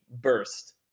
burst